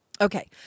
Okay